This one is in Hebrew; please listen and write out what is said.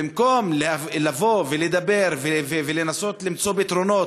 במקום לבוא ולדבר ולנסות למצוא פתרונות,